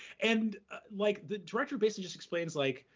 and like the director basically just explains, like,